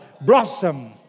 blossom